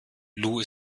lou